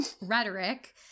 rhetoric